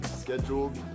scheduled